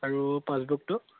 আৰু পাছবুকটো